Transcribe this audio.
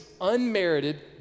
unmerited